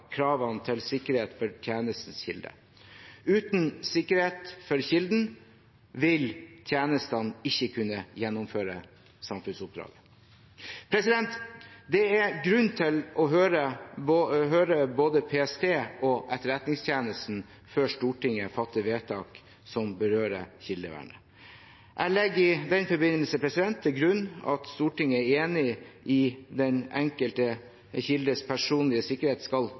kravene til sikkerhet for tjenestenes kilde. Uten sikkerhet for kilden vil tjenestene ikke kunne gjennomføre samfunnsoppdrag. Det er grunn til å høre både PST og Etterretningstjenesten før Stortinget fatter vedtak som berører kildevernet. Jeg legger i den forbindelse til grunn at Stortinget er enig i at den enkelte kildes personlige sikkerhet skal